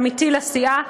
עמיתי לסיעה.